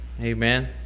Amen